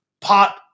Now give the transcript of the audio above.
pot